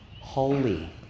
holy